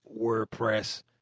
WordPress